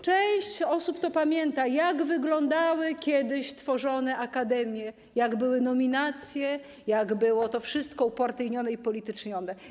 Część osób to pamięta, jak wyglądały kiedyś tworzone akademie, jakie były nominacje, jak było to wszystko upartyjnione i upolitycznione.